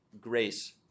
grace